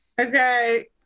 Okay